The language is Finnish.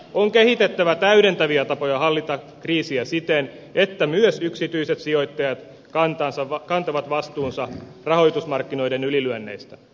on kehitettävä täydentäviä tapoja hallita kriisiä siten että myös yksityiset sijoittajat kantavat vastuunsa rahoitusmarkkinoiden ylilyönneistä